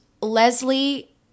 Leslie